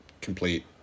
complete